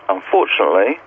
Unfortunately